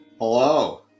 Hello